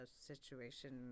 situation